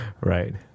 right